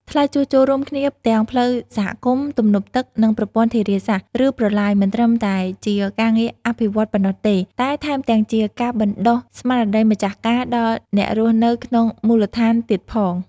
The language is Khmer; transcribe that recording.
ថ្ងៃជួសជុលរួមគ្នាទាំងផ្លូវសហគមន៍ ទំនប់ទឹក និងប្រព័ន្ធធារាសាស្ត្រ ឬ ប្រឡាយ មិនត្រឹមតែជាការងារអភិវឌ្ឍន៍ប៉ុណ្ណោះទេ តែថែមទាំងជាការបណ្ដុះស្មារតីម្ចាស់ការដល់អ្នករស់នៅក្នុងមូលដ្ឋានទៀតផង។